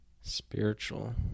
Spiritual